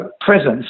presence